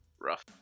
rough